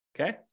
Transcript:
Okay